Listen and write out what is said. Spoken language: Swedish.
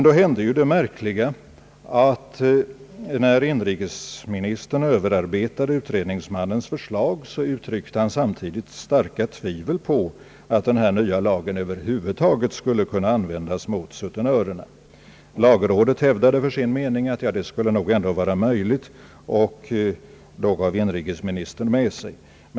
Då hände det märkliga att när inrikesministern överarbetade utredningsmannens förslag uttryckte han samtidigt starka tvivel på att den nya lagen över huvud taget skulle kunna användas mot sutenörerna. Lagrådet hävdade som sin mening att det nog ändå skulle vara möjligt, och då gav inrikesministern med sig.